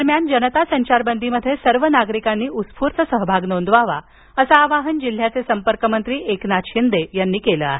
दरम्यान जनता संचार बंदीमध्ये सर्व नागरिकांनी उत्स्फूर्त सहभाग नोंदवावा असं आवाहन जिल्ह्याचे संपर्कमंत्री एकनाथ शिंदे यांनी केलं आहे